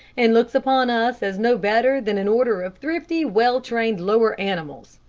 and looks upon us as no better than an order of thrifty, well-trained lower animals.